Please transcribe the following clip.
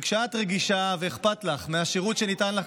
וכשאת רגישה ואכפת לך מהשירות שניתן לך,